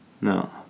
No